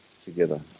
together